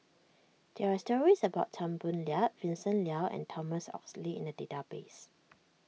there are stories about Tan Boo Liat Vincent Leow and Thomas Oxley in the database